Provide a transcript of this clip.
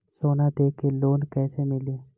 सोना दे के लोन कैसे मिली?